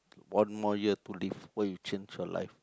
one more year to live what you change your live